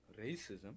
Racism